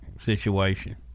situation